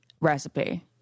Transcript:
recipe